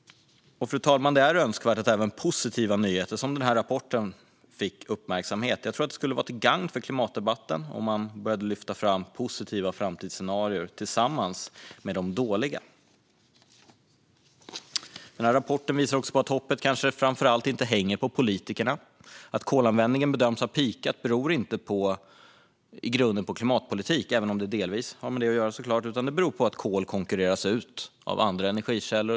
Fru talman! Det vore önskvärt att även positiva nyheter, som den här rapporten, fick uppmärksamhet. Jag tror att det skulle vara till gagn för klimatdebatten om man började lyfta fram positiva framtidsscenarier tillsammans med de dåliga. Rapporten visar också på att hoppet framför allt inte hänger på politikerna. Att kolanvändningen bedöms ha peakat beror inte i grunden på klimatpolitiken, även om det såklart delvis har med den att göra, utan på att kol konkurreras ut av andra energikällor.